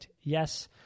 yes